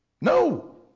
No